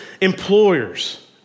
employers